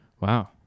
Wow